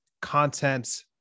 content